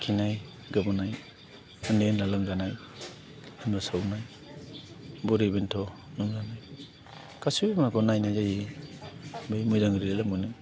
खिनाय गोबानाय उन्दै ओन्ला लोमजानाय लोमजासावनाय बुरि बेन्थ' लोमजानाय गासैबो माबाखौनो नायनाय जायो बै मोजां रिजाल्ट मोनो